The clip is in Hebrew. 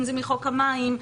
אם זה מחוק המים,